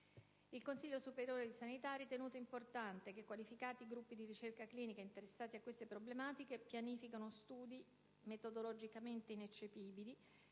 Il Consiglio superiore di sanità ha ritenuto importante che qualificati gruppi di ricerca clinica interessati a queste problematiche pianifichino studi metodologicamente ineccepibili,